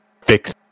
fix